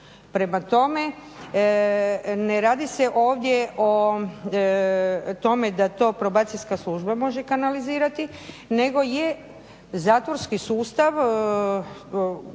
Prema tome, ne radi se ovdje o tome da to Probacijska služba može kanalizirati, nego je zatvorski sustav